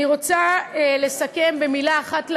אני רוצה לסכם במילה אחת להורים,